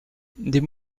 des